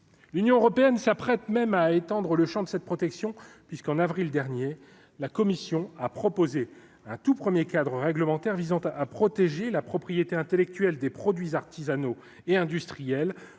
l'Union européenne s'apprête même à étendre le Champ de cette protection puisqu'en avril dernier la Commission a proposé un tout 1er cadre réglementaire visant à protéger la propriété intellectuelle des produits artisanaux et industriels